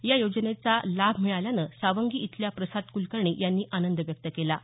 या योजनेचा लाभ मिळाल्याने सावंगी इथल्या प्रसाद कुलकर्णी यांनी आनंद व्यक्त केला आहे